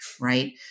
right